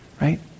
right